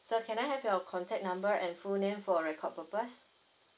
so can I have your contact number and full name for record purpose